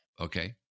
okay